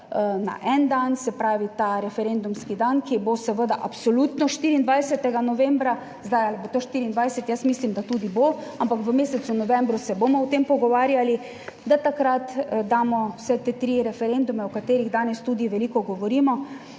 na en dan, se pravi ta referendumski dan, ki bo seveda absolutno 24. novembra, zdaj ali bo to 24., jaz mislim, da tudi bo, ampak v mesecu novembru se bomo o tem pogovarjali, da takrat damo vse te tri referendume o katerih danes tudi veliko govorimo